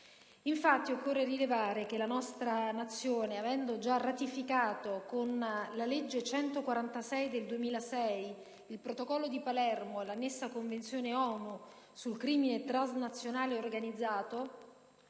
infatti, rilevare che la nostra Nazione, avendo già ratificato con la legge n. 146 del 2006 il Protocollo di Palermo e l'annessa Convenzione ONU sul crimine transnazionale organizzato,